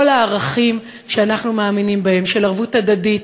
הערכים שאנחנו מאמינים בהם של ערבות הדדית,